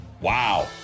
Wow